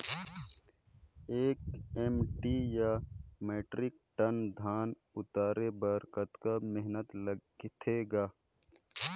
एक एम.टी या metric ton धन उतारे बर कतका मेहनती लगथे ग?